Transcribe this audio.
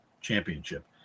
Championship